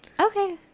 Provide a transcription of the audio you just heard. Okay